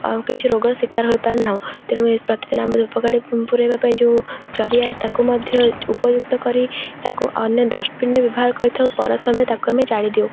ଆଉ କିଛି ରୋଗର ଶିକାର ହୋଇପାରୁନାହୁଁ ତେଣୁ ଏ ପ୍ରତିଦିନ ଆମେ ଧୂପକାଠି ପୂରାଇବା ପାଇଁ ଯେଉଁ ଜରି ଆସେ ତାକୁ ମଧ୍ୟ ଉପଯୁକ୍ତ କରି ତାକୁ ଅନ୍ୟ ଡଷ୍ଟବିନ୍ରେ ବ୍ୟବହାର କରିଥାଉ ପର ସମୟରେ ତାକୁ ଆମେ ଜାଳି ଦଉ